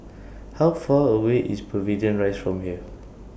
How Far away IS Pavilion Rise from here